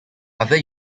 other